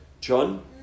John